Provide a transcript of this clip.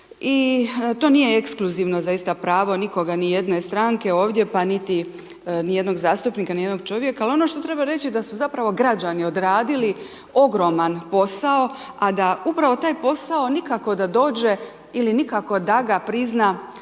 i to nije ekskluzivno zaista pravo nikoga, nijedne stranke ovdje, pa niti nijednog zastupnika, ni jednog čovjeka, al ono što treba reći da su zapravo građani odradili ogroman posao, a da upravo taj posao nikako da dođe ili nikako da ga prizna sama